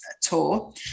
tour